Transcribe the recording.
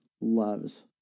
loves